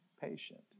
patient